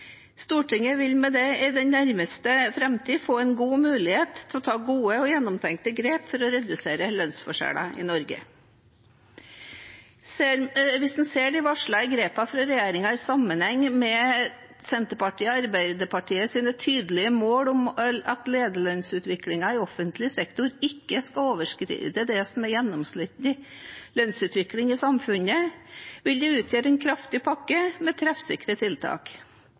Stortinget vil med dette i nærmeste framtid få en god mulighet til å ta gode og gjennomtenkte grep for å redusere lønnsforskjellene i Norge. Hvis man ser de varslede grepene fra regjeringen i sammenheng med Senterpartiets og Arbeiderpartiets tydelige mål om at lederlønnsutviklingen i offentlig sektor ikke skal overskride det som er gjennomsnittlig lønnsutvikling i samfunnet, vil det utgjøre en kraftig pakke med treffsikre tiltak.